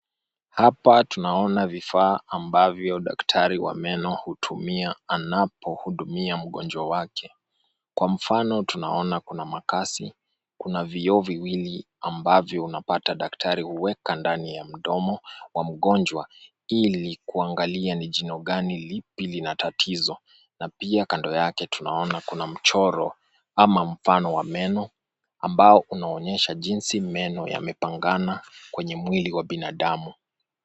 Hapa tunaona vifaa ambavyo daktari wa meno hutumia anapohudumia mgonjwa wake. Kwa mfano tunaona kuna makasi. Kuna vioo viwili ambavyo unapata daktari huweka ndani ya mdomo wa mgonjwa ili kuangilia ni jino gani lipi lina tatizo na pia kando yake tunaona kuna mchoro ama mfano wa meno ambao unaonyesha jinsi meno yamepangana kwenye mwili ya binadamu.